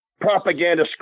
propaganda